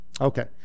Okay